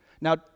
Now